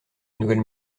nouvelle